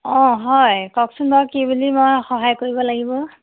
অঁ হয় কওকচোন বাৰু কি বুলি মই সহায় কৰিব লাগিব